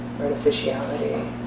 artificiality